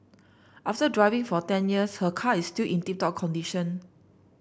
after driving for ten years her car is still in tip top condition